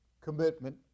commitment